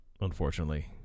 unfortunately